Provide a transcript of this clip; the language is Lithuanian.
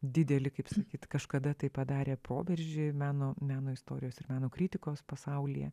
didelį kaip sakyt kažkada tai padarė proveržį meno meno istorijos ir meno kritikos pasaulyje